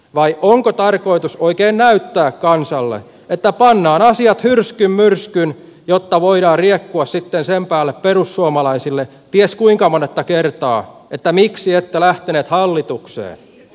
vai onko tarkoitus oikein näyttää kansalle että pannaan asiat hyrskyn myrskyn jotta voidaan riekkua sitten sen päälle perussuomalaisille ties kuinka monetta kertaa että miksi ette lähteneet hallitukseen